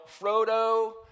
Frodo